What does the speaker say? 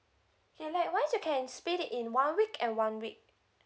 your like wife also can split it in one week and one week